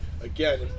again